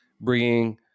bringing